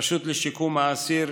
הרשות לשיקום האסיר,